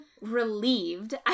relieved